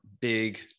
big